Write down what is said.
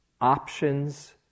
Options